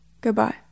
Goodbye